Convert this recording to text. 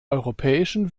europäischen